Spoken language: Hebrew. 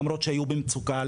למרות שהיו במצוקה.